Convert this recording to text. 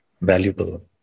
valuable